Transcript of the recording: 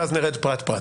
ואז נרד פרט פרט.